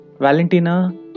Valentina